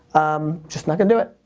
um just not gonna do it.